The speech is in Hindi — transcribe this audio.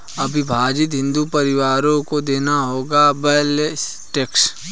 अविभाजित हिंदू परिवारों को देना होगा वेल्थ टैक्स